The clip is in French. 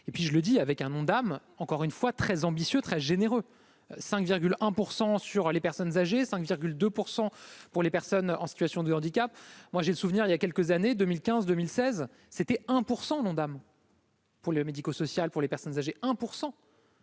et puis je le dis avec un Ondam, encore une fois très ambitieux, très généreux 5 virgule 1 % sur les personnes âgées 5,2 % pour les personnes en situation de handicap, moi j'ai le souvenir, il y a quelques années 2015, 2016 c'était un pour 100 l'Ondam. Pour le médico-social pour les personnes âgées, un